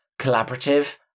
collaborative